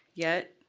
yet,